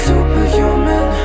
Superhuman